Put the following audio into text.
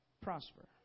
prosper